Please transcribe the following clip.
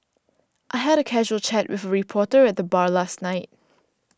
I had a casual chat with reporter at the bar last night